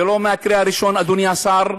זה לא מקרה ראשון, אדוני השר,